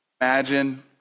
Imagine